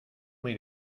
muy